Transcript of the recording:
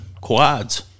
quads